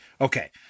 Okay